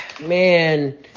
man